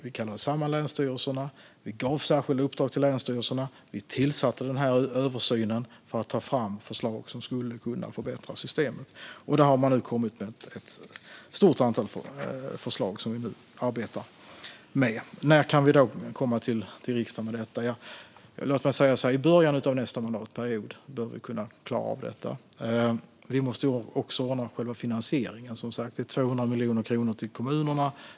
Vi kallade samman länsstyrelserna, vi gav särskilda uppdrag till länsstyrelserna och vi tillsatte översynen för att ta fram förslag som skulle kunna förbättra systemet. Där finns nu ett stort antal förslag som vi arbetar med. När kan vi då komma till riksdagen med detta? Låt mig säga så här: I början av nästa mandatperiod bör vi kunna klara av det. Vi måste som sagt också ordna själva finansieringen. Det är 200 miljoner kronor till kommunerna.